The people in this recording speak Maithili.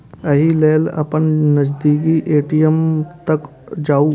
एहि लेल अपन नजदीकी ए.टी.एम तक जाउ